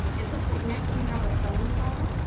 it looks like next we have a phone call.